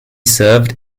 served